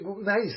nice